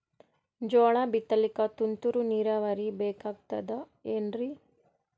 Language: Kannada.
ಜೋಳ ಬಿತಲಿಕ ತುಂತುರ ನೀರಾವರಿ ಬೇಕಾಗತದ ಏನ್ರೀ?